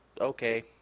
okay